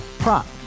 Prop